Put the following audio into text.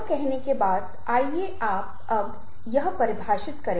इसलिए आप देखते हैं कि जाहिर है हम कई क्षेत्रों को कवर कर रहे हैं